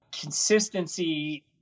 consistency